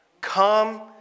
Come